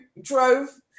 drove